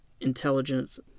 intelligence